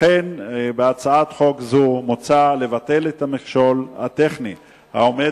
לכן בהצעת חוק זו מוצע לבטל את המכשול הטכני העומד